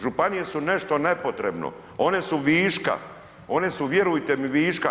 Županije su nešto nepotrebno, one su viška, one su vjerujte mi vika.